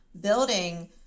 building